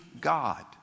God